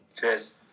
cheers